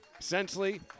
Sensley